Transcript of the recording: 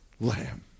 lamb